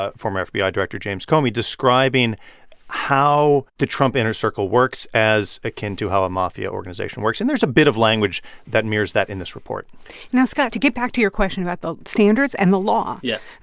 ah former fbi director james comey describing how to trump inner circle works as akin to how a mafia organization works. and there's a bit of language that mirrors that in this report now, scott, to get back to your question about the standards and the law. yes.